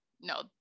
No